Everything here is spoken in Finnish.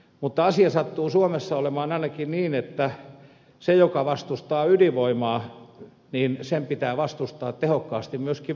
mutta asia sattuu ainakin suomessa olemaan niin että sen joka vastustaa ydinvoimaa pitää vastustaa tehokkaasti myöskin vesivoimaa